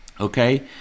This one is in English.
Okay